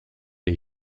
est